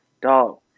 Dog